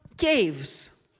caves